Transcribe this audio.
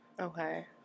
Okay